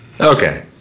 Okay